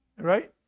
right